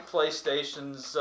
PlayStation's